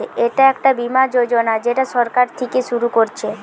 এটা একটা বীমা যোজনা যেটা সরকার থিকে শুরু করছে